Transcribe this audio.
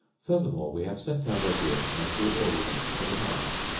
furthermore we have sent our wazir to make all ordinance for the march,